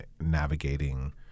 navigating